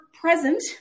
present